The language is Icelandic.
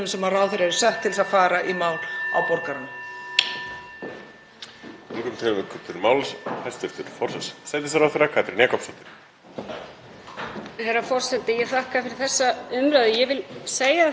Herra forseti. Ég þakka fyrir þessa umræðu. Ég vil segja það alveg skýrt hér að þegar ráðherrar hefja störf fá þeir kynningu á þessum skráðu og óskráðu reglum sem ég fór yfir í mínu svari,